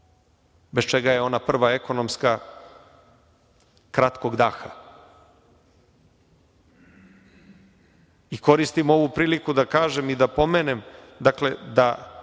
bez čega je ona prva ekonomska kratkog daha. Koristim ovu priliku da kažem i da pomenem, dakle, da